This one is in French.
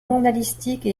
journalistique